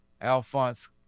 Alphonse